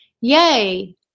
yay